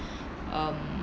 um